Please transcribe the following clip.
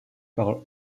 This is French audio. par